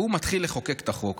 והתחיל לחוקק את החוק.